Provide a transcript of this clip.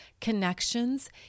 connections